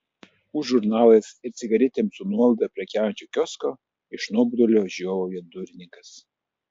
už žurnalais ir cigaretėm su nuolaida prekiaujančio kiosko iš nuobodulio žiovauja durininkas